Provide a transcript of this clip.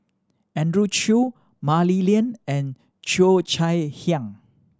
Andrew Chew Mah Li Lian and Cheo Chai Hiang